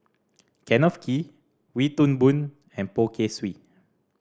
Kenneth Kee Wee Toon Boon and Poh Kay Swee